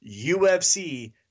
UFC